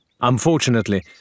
Unfortunately